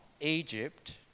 Egypt